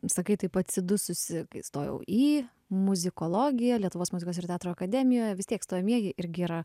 sakai taip atsidususi kai stojau į muzikologiją lietuvos muzikos ir teatro akademijoje vis tiek stojamieji irgi yra